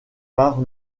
par